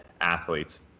athletes